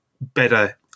better